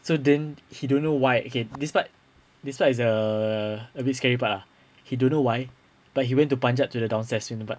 so then he don't know why okay this part this part is err a bit scary part ah he don't know why but he went to panjat to the downstairs the scary part